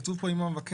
כתוב פה "אם המבקש